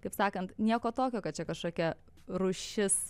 kaip sakant nieko tokio kad čia kažkokia rūšis